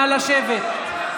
נא לשבת.